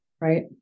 right